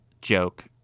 joke